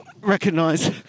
recognise